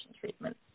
treatment